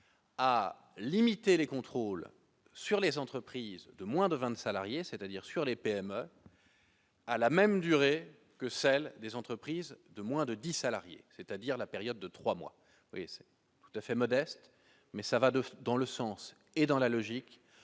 a limité les contrôles sur les entreprises de moins de 20 salariés, c'est-à-dire sur les PME, à la même durée que celle des entreprises de moins de 10 salariés, c'est-à-dire la période de 3 mois et c'est tout à fait modeste mais ça va de fait dans le sens et dans la logique